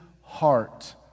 heart